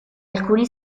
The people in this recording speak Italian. alcuni